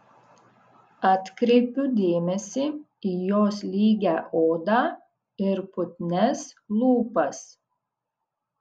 atkreipiu dėmesį į jos lygią odą ir putnias lūpas